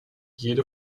jede